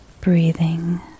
breathing